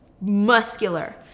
muscular